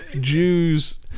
Jews